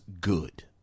good